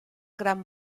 gran